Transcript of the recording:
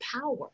power